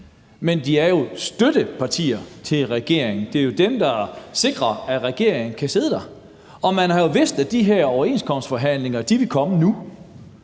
men de er jo støttepartier til regeringen, og det er jo dem, der sikrer, at regeringen kan sidde der. De har jo vidst, at de her overenskomstforhandlinger ville komme nu,